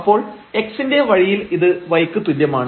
അപ്പോൾ x ന്റെ വഴിയിൽ ഇത് y ക്ക് തുല്യമാണ്